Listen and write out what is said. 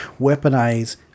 Weaponize